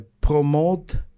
promote